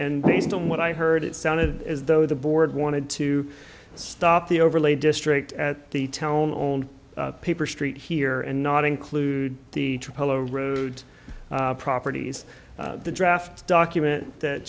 and based on what i heard it sounded as though the board wanted to stop the overlay district at the town owned paper street here and not include the two polo road properties the draft document that